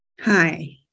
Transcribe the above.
hi